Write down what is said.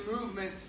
movement